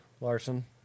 Larson